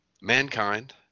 Mankind